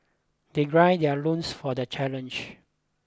they grind their loins for the challenge